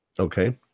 Okay